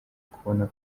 kubona